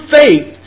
faith